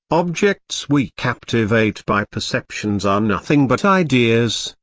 objects we captivate by perceptions are nothing but ideas,